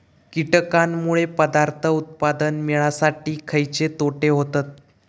कीटकांनमुळे पदार्थ उत्पादन मिळासाठी खयचे तोटे होतत?